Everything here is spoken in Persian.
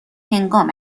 هنگام